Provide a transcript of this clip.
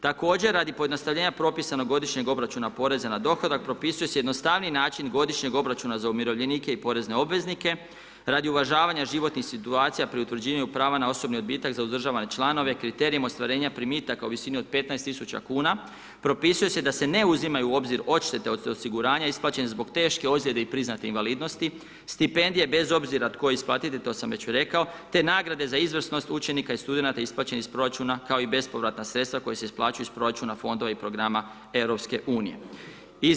Također radi pojednostavljenja propisa na godišnjeg obračuna poreza na dohodak, propisuje se jednostavniji način godišnjeg obračuna za umirovljenike i porezne obveznike, radi uvažavanja životnih situacija pri utvrđivanju prava na osobni odbitak za uzdržavane članove, kriterijem ostvarenja primitaka u visini od 15000 kuna, propisuje se da se ne uzimaju u obzir odštete od osiguranja isplaćene zbog teške ozljede i priznate invalidnosti, stipendije bez obzira tko je isplatitelj, to sam već i rekao, te nagrade za izvršnost učenika i studenata isplaćene iz proračuna, kao i bespovratna sredstva koja se isplaćuju iz proračuna fondova i programa Europske unije.